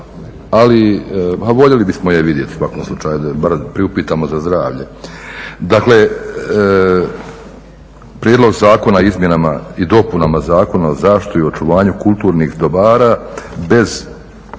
ali voljeli bismo je vidjeti u svakom slučaju da je barem priupitamo za zdravlje. Dakle, prijedlog zakona o izmjenama i dopunama Zakona o zaštiti i očuvanju kulturnih dobara bez